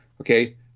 Okay